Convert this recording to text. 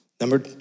Number